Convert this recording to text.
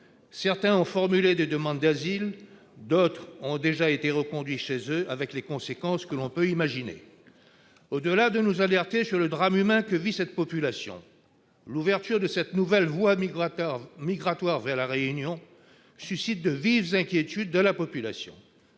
certains ont formulé des demandes d'asile, d'autres ont déjà été reconduits chez eux, avec les conséquences que l'on peut imaginer. En plus de nous alerter sur le drame humain que vit cette population, l'ouverture de cette nouvelle voie migratoire vers La Réunion suscite de vives inquiétudes dans la population.